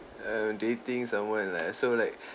I'm dating someone lah so like